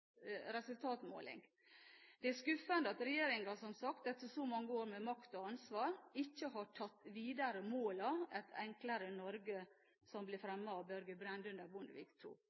Det er skuffende – som sagt – at regjeringen etter så mange år med makt og ansvar, ikke har tatt videre målene i Et enklere Norge, som ble fremmet av Børge Brende under Bondevik